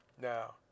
Now